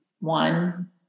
one